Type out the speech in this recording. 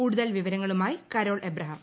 കൂടുതൽ വിവരങ്ങളുമായി Carol Abraham